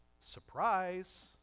Surprise